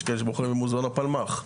יש כאלה שבוחרים במוזיאון הפלמ"ח.